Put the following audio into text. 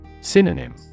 Synonym